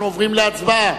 אנחנו עוברים להצבעה.